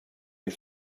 més